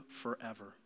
forever